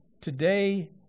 Today